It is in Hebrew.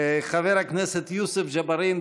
חבר הכנסת יוסף ג'בארין,